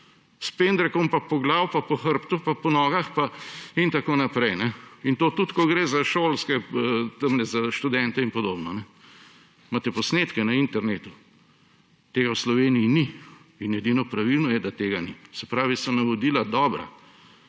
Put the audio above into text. S pendrekom po glavi, po hrbtu in po nogah in tako naprej, in to tudi ko gre za študente in podobno. Imate posnetke na internetu. Tega v Sloveniji ni in edino pravilno je, da tega ni. Se pravi, da so navodila dobra.